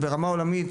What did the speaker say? ברמה לאומית,